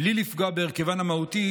בלי לפגוע בהרכבן המהותי,